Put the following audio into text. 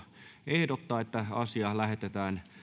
ehdottaa että asia lähetetään